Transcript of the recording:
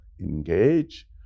engage